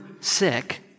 sick